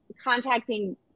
contacting